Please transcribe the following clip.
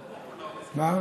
מה?